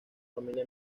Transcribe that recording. familia